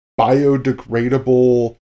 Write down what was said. biodegradable